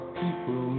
people